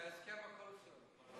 זה ההסכם הקואליציוני.